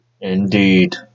Indeed